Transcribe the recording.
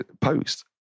Post